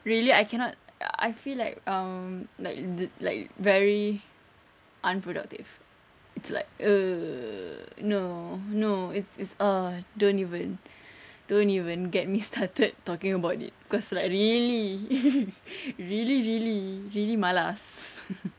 really I cannot I feel like um like like very unproductive it's like err no no is is err don't even don't even get me started talking about it cause like really really really really malas